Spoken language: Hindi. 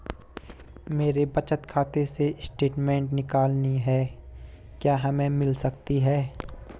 मेरे बचत खाते से स्टेटमेंट निकालनी है क्या हमें मिल सकती है?